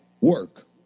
work